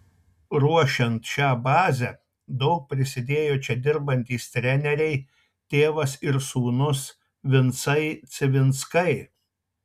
ruošiant šią bazę daug prisidėjo čia dirbantys treneriai tėvas ir sūnus vincai civinskai